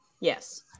Yes